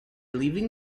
leaving